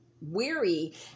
weary